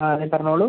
ആ അതെ പറഞ്ഞോളൂ